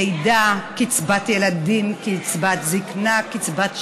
לידה, קצבת ילדים, קצבת זקנה, קצבת שאירים.